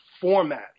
format